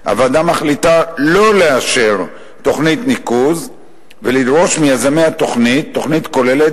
"הוועדה מחליטה לא לאשר תוכנית ניקוז ולדרוש מיזמי התוכנית תוכנית כוללת